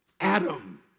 Adam